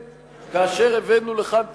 כאשר הבאנו לכאן תקציב,